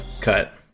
Cut